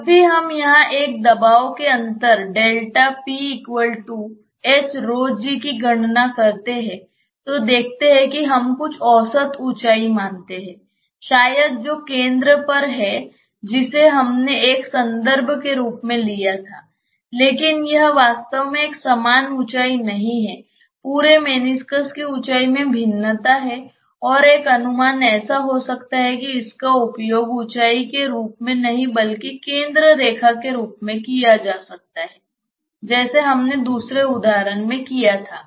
जब भी हम यहां दबाव के अंतर की गणना करते हैं तो देखते हैं कि हम कुछ औसत ऊंचाई मानते हैं शायद जो केंद्र पर है जिसे हमने एक संदर्भ के रूप में लिया था लेकिन यह वास्तव में एक समान ऊंचाई नहीं है पूरे मेनिस्कस की ऊंचाई में भिन्नता है और एक अनुमान ऐसा हो सकता है कि उसका उपयोग ऊंचाई के रूप में नहीं बल्कि केंद्र रेखा के रूप में किया सकता है जैसे हमने दूसरे उदाहरण में किया था